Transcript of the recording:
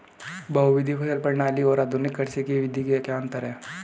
बहुविध फसल प्रणाली और आधुनिक कृषि की विधि में क्या अंतर है?